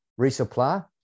resupply